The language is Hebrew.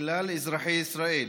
וגם לכלל אזרחי ישראל,